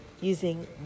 using